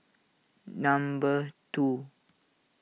number two